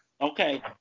okay